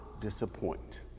disappoint